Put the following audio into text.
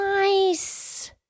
Nice